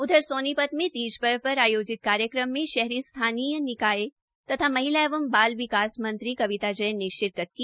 उधर सोनीपत में तीज पर्व पर आयोजित कार्यक्रम में शहरी स्थानीय निकाय तथा महिला एवं बाल विकास मंत्री कविता जैन ने शिरकत की